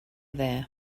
there